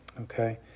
okay